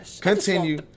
Continue